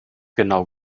genau